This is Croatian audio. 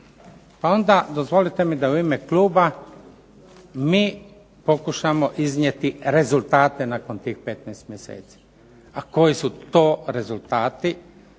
A onda dozvolite mi da u ime kluba mi pokušamo iznijeti rezultate nakon tih 15 mjeseci. A koji su to rezultati